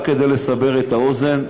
רק כדי לסבר את האוזן,